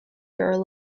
grow